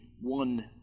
one